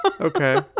Okay